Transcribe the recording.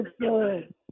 good